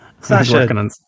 Sasha